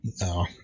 No